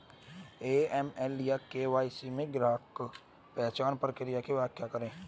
AML या KYC में ग्राहक पहचान प्रक्रिया की व्याख्या करें?